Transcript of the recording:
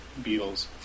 Beatles